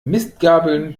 mistgabeln